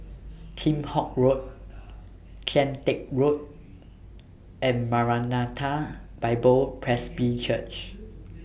Kheam Hock Road Kian Teck Road and Maranatha Bible Presby Church